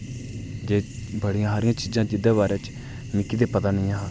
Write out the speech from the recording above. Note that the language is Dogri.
ते बड़ियां हारियां चीजां जेह्दे बारै च मिकी ते पता नी ऐहा